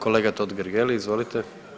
Kolega Totgergeli, izvolite.